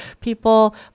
people